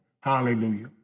Hallelujah